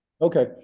Okay